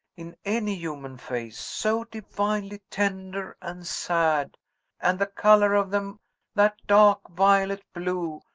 in any human face so divinely tender and sad and the color of them that dark violet blue,